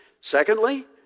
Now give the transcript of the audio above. Secondly